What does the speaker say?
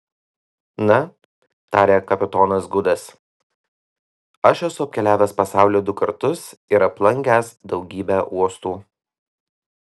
na tarė kapitonas gudas aš esu apkeliavęs pasaulį du kartus ir aplankęs daugybę uostų